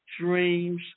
dreams